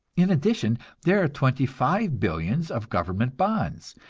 in addition, there are twenty-five billions of government bonds,